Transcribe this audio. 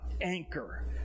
anchor